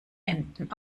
enden